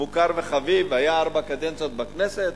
מוכר וחביב, היה ארבע קדנציות בכנסת.